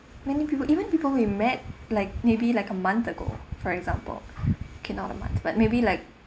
many people even people we met like maybe like a month ago for example cannot a month but maybe like